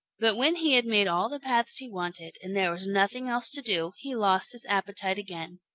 but when he had made all the paths he wanted, and there was nothing else to do, he lost his appetite again.